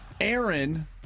Aaron